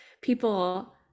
people